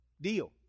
Deal